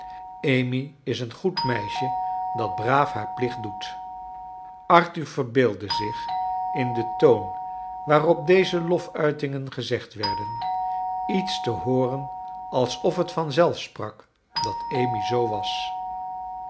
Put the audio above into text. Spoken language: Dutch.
amy is een goed meisje dat braaf haar plicht doet arthur verbeeldde zich in den toon waarop deze loftuitingen gezegd werden iets te hooren alsof het van zelf sprak dat amy zoo was